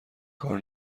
کار